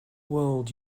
world